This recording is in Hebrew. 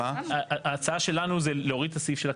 ההצעה שלנו להוריד את הסעיף.